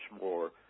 more